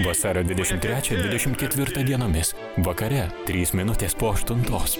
vasario dvidešimt trečią dvidešimt ketvirtą dienomis vakare trys minutės po aštuntos